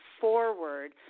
forward